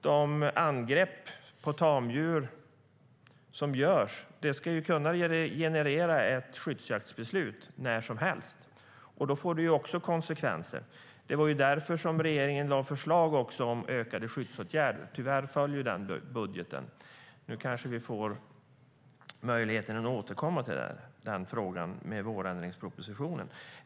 De angrepp på tamdjur som görs ska kunna generera ett skyddsjaktsbeslut när som helst. Det får också konsekvenser. Det var därför som regeringen lade fram förslag om ökade skyddsåtgärder. Tyvärr föll den budgeten. Nu kanske vi får möjlighet att återkomma till den frågan i och med vårpropositionen.